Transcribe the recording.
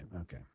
Okay